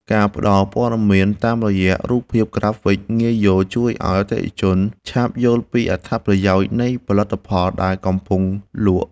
ការផ្តល់ព័ត៌មានតាមរយៈរូបភាពក្រាហ្វិកងាយយល់ជួយឱ្យអតិថិជនឆាប់យល់ពីអត្ថប្រយោជន៍នៃផលិតផលដែលកំពុងលក់។